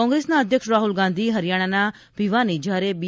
કોંગ્રેસના અધ્યક્ષ રાહુલ ગાંધી હરીયાણાના ભીવાની જયારે બી